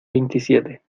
veintisiete